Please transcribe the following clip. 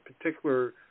particular